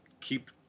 keep